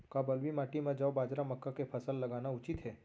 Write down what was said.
का बलुई माटी म जौ, बाजरा, मक्का के फसल लगाना उचित हे?